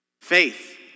faith